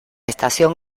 estación